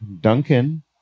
Duncan